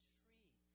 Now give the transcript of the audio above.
tree